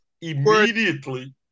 immediately